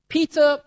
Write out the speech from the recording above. Peter